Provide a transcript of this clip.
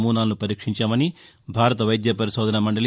నమూనాలను పరీక్షించామని భారత వైద్య పరిశోధన మండలి